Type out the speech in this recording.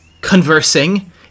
conversing